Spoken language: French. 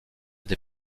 des